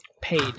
paid